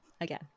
again